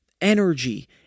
energy